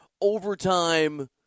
overtime